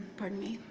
pardon me.